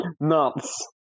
Nuts